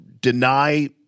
deny